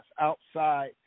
outside